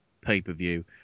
pay-per-view